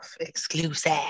exclusive